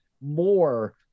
more